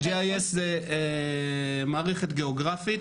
GIS זה מערכת גיאוגרפית,